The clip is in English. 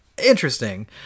Interesting